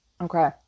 Okay